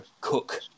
Cook